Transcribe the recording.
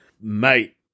Mate